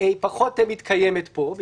פחות מתקיימת פה,